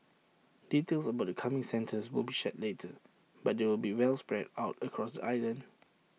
details about the coming centres will be shared later but they will be well spread out across island